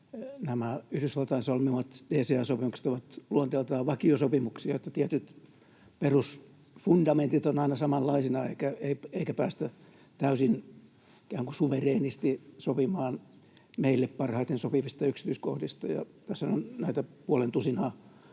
nämä Yhdysvaltain solmimat DCA-sopimukset ovat luonteeltaan vakiosopimuksia. Tietyt perusfundamentit ovat aina samanlaisia, eikä päästä täysin ikään kuin suvereenisti sopimaan meille parhaiten sopivista yksityiskohdista, ja tässä keskustelussahan